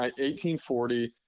1840